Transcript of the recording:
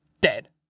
Dead